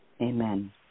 Amen